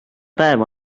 päev